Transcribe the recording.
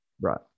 Right